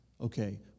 Okay